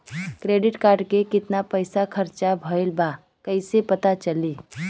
Credit card के कितना पइसा खर्चा भईल बा कैसे पता चली?